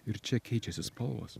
ir čia keičiasi spalvos